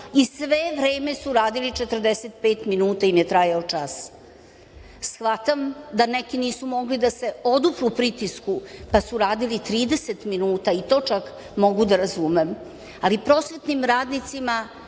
i sve vreme su radili, 45 minuta im je trajao čas. Shvatam da neki nisu mogli da se odupru pritisku, pa su radili 30 minuta, i to čak mogu da razumem, ali prosvetnim radnicima